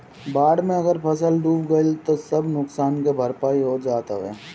बाढ़ में अगर फसल डूब गइल तअ सब नुकसान के भरपाई हो जात हवे